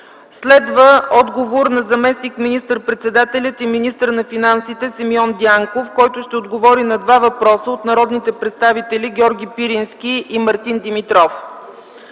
Следва отговор на заместник министър председателя и министър на финансите Симеон Дянков на два въпроса от народните представители Георги Пирински и Мартин Димитров.